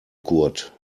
kurt